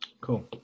Cool